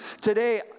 Today